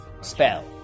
spell